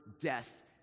death